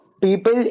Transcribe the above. people